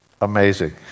amazing